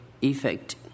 effect